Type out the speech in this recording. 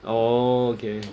oh okay